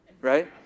Right